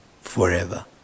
forever